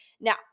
now